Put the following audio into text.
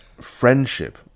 friendship